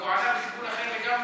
הוא ענה בכיוון אחר לגמרי.